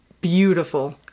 beautiful